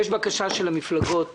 יש בקשה של המפלגות